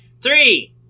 three